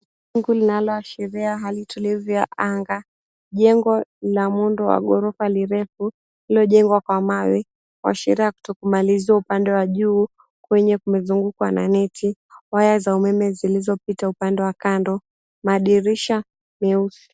Wingu linaloashiria hali tulivu ya anga. Jengo la muundo wa gorofa lirefu lililojengwa kwa mawe, kuashiria kutokumaliziwa upande wa juu kwenye kumezungukwa na neti. Waya za umeme zilizopita upande wa kando, madirisha meusi.